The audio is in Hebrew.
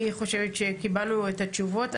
אני חושבת שקיבלנו את התשובות.